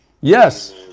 Yes